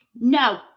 no